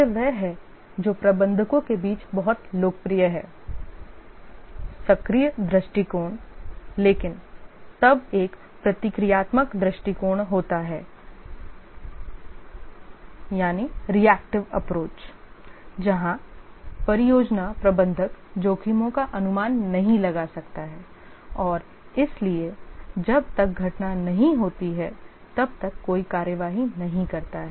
यह वह है जो प्रबंधकों के बीच बहुत लोकप्रिय है सक्रिय दृष्टिकोण लेकिन तब एक प्रतिक्रियात्मक दृष्टिकोण होता है जहां परियोजना प्रबंधक जोखिमों का अनुमान नहीं लगा सकता है और इसलिए जब तक घटना नहीं होती है तब तक कोई कार्रवाई नहीं करता है